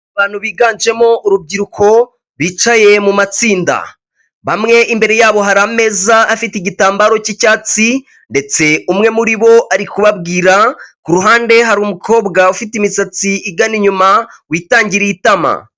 Abantu biganjemo urubyiruko bicaye mu matsinda bamwe imbere yabo hari ameza afite igitambaro cy'icyatsi ndetse umwe muri bo ari kubabwira, ku ruhande hari umukobwa ufite imisatsi igana inyuma witangiriye itama.